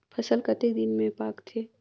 फसल कतेक दिन मे पाकथे?